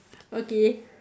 okay